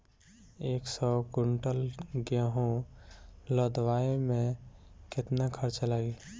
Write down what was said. एक सौ कुंटल गेहूं लदवाई में केतना खर्चा लागी?